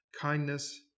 kindness